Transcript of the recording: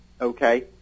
Okay